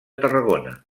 tarragona